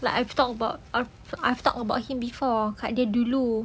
like I've talked about I've I've talk about him before dekat dia dulu